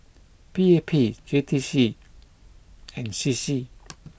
P A P J T C and C C